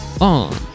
on